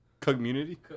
community